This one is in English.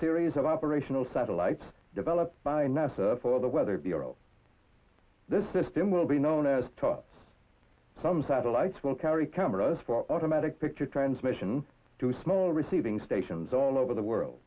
series of operational satellites developed by nasa for the weather bureau this system will be known as top some satellites will carry cameras for automatic picture transmission to small receiving stations all over the world